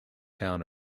town